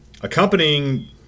Accompanying